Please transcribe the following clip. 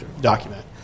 document